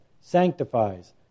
sanctifies